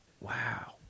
wow